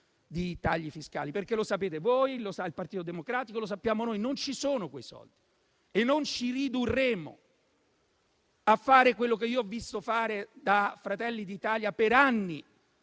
di tagli fiscali? Perché lo sapete voi, lo sa il Partito Democratico, lo sappiamo noi: non ci sono quei soldi. E non ci ridurremo a fare quello che io ho visto fare da Fratelli d'Italia per anni,